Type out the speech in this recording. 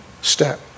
step